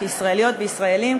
כישראליות וישראלים,